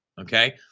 Okay